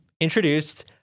introduced